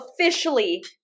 officially